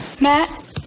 Matt